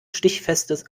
stichfestes